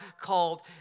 called